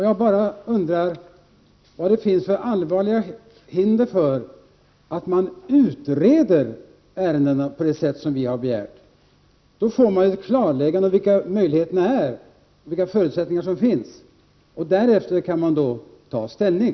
Jag undrar vad det finns för allvarliga hinder för att man utreder ärendena på det sätt som vi har begärt. Genom en utredning skulle man ju få klarlagt vilka möjligheter och förutsättningar som finns. Därefter kan man då ta ställning.